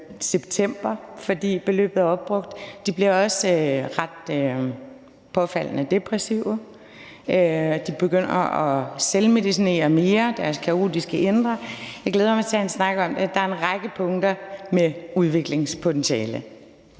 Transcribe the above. september, fordi beløbet er opbrugt. De bliver også ret påfaldende depressive, de begynder at selvmedicinere mere, og der er deres kaotiske indre. Jeg glæder mig til at have en snak om det; der er en række punkter med udviklingspotentiale.